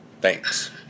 thanks